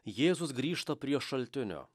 jėzus grįžta prie šaltinio